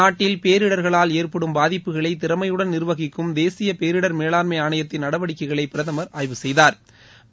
நாட்டில் பேரிடர்களால் ஏற்படும் பாதிப்புகளை திறமையுடன் நிர்வகிக்கும் தேசிய பேரிடர் மேலாண்மை ஆணையத்தின் நடவடிக்கைகளை பிரதமா் ஆய்வு செய்தாா்